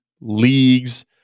leagues